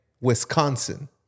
Wisconsin